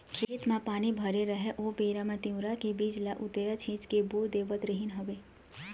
खेत म पानी भरे राहय ओ बेरा म तिंवरा के बीज ल उतेरा छिंच के बो देवत रिहिंन हवँय